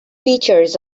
features